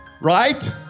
Right